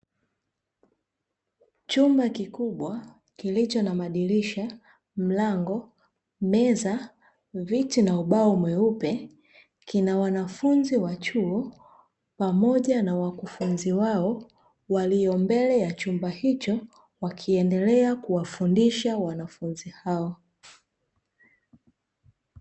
Chumba kikubwa kilicho na: madirisha, mlango, meza, viti na ubao mweupe; kina wanafunzi wa Chuo pamoja na wakufunzi wao waliombele ya chumba hicho, wakiendelea kuwafundisha wanafunzi hao.